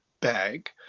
bag